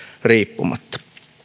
riippumatta